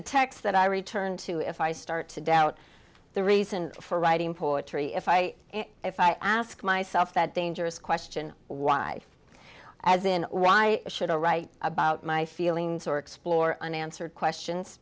text that i return to if i start to doubt the reason for writing poetry if i if i ask myself that dangerous question why as in why should i write about my feelings or explore unanswered questions